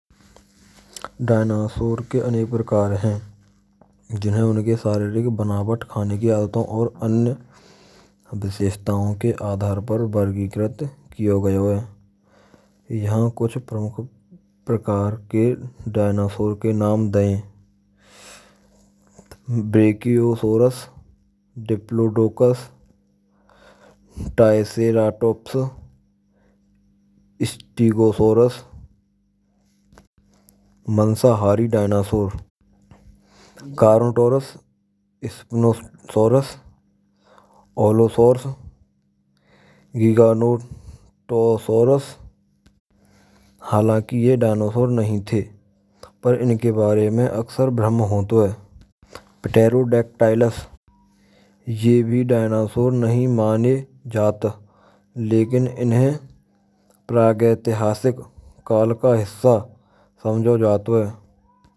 Dinosaur ke anek prakaar hain jinhen unake shaareerik sambandh aane kee aadaten aur any vishishtataon ke aadhaar par vargeekrt kie gae yahaan kuchh pramukh prakaar ke daayanaasor ke naam deye. Bakiyosoras, diplotocas, tiseratops, stegosoras, mnsahari dinousour, karotoras, sfignosoras, olosoras, ghiganosoras. Halaki yeh dinosaur nhi thei. Par inke bare mai braham hoto hay. Patilodictoras, yeh bhi dinosaur nhi maane jaat hay. Lekin inhe pargatik itihas ka hisso smjho jaat hay.